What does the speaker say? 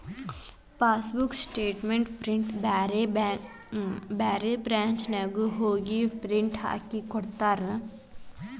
passbook statement ಪ್ರಿಂಟ್ನ ಬ್ಯಾರೆ ಬ್ರಾಂಚ್ನ್ಯಾಗು ಹೋಗಿ ಪ್ರಿಂಟ್ ಹಾಕಿಕೊಡ್ತಾರ